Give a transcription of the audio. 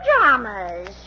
pajamas